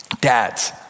Dads